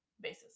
basis